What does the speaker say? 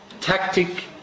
tactic